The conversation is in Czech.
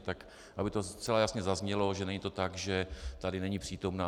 Tak aby to zcela jasně zaznělo, že není to tak, že tady není přítomna.